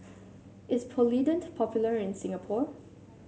is Polident popular in Singapore